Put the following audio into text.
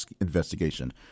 investigation